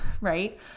right